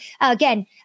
Again